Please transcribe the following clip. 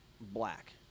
black